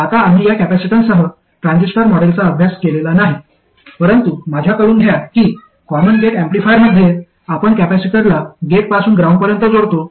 आता आम्ही या कॅपेसिटन्ससह ट्रान्झिस्टर मॉडेलचा अभ्यास केलेला नाही परंतु माझ्याकडून घ्या की कॉमन गेट एम्पलीफायरमध्ये आपण कॅपेसिटरला गेटपासून ग्राउंडपर्यंत जोडतो